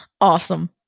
Awesome